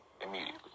immediately